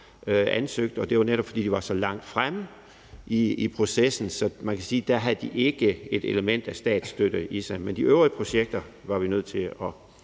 fortsætte, og det var, fordi de var så langt fremme i processen. Så der kan man sige, at de ikke havde et element af statsstøtte i sig. Men de øvrige projekter var vi nødt til at